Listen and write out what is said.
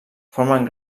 formen